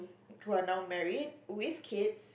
who are now married with kids